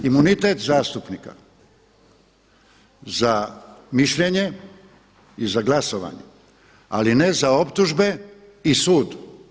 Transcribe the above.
Imunitet zastupnika za mišljenje i za glasovanje ali ne za optužbe i sud.